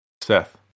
Seth